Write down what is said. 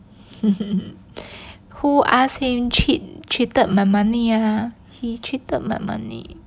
who asked him cheat cheated my money ah he cheated my money